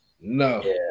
No